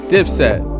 Dipset